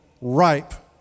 ripe